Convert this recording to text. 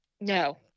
no